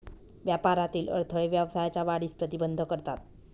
व्यापारातील अडथळे व्यवसायाच्या वाढीस प्रतिबंध करतात